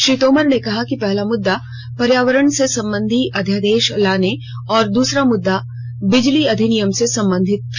श्री तोमर ने कहा कि पहला मुद्दा पर्यावरण से संबंधी अध्यादेश लाने और दूसरा मुद्दा बिजली अधिनियम से संबंधित था